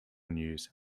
news